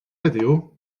heddiw